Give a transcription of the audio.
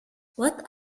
what